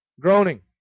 groaning